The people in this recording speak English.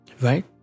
right